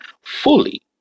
fully